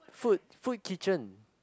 food food kitchen